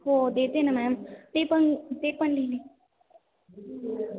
हो देते ना मॅम ते पण ते पण लिहिलं आहे